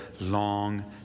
Long